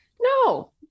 no